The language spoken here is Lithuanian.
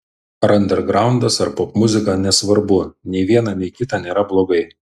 ar andergraundas ar popmuzika nesvarbu nei viena nei kita nėra blogai